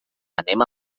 anem